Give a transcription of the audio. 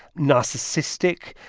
narcissistic,